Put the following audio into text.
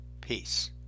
Peace